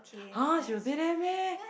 !huh! she will say that meh